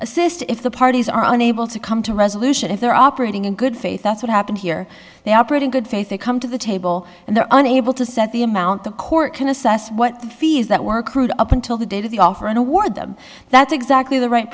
assist if the parties are unable to come to a resolution if they're operating in good faith that's what happened here they operate in good faith they come to the table and they're unable to set the amount the court can assess what the fees that were crude up until the date of the offer and award them that's exactly the right